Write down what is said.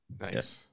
Nice